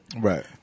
Right